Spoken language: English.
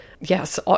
Yes